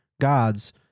gods